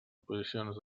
oposicions